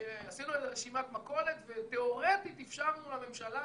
ועשינו רשימת מכולת ותאורטית אפשרנו לממשלה